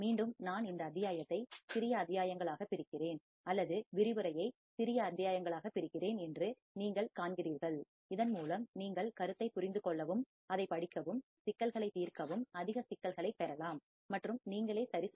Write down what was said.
மீண்டும் நான் இந்த அத்தியாயத்தை சிறிய அத்தியாயங்களாக பிரிக்கிறேன் அல்லது விரிவுரையை சிறிய அத்தியாயங்களாக பிரிக்கிறேன் என்று நீங்கள் காண்கிறீர்கள் இதன் மூலம் நீங்கள் கருத்தை புரிந்து கொள்ளவும் அதைப் படிக்கவும் சிக்கல்களைத் தீர்க்கவும் அதிக சிக்கல்களைப் பெறலாம் மற்றும் நீங்களே சரி செய்யலாம்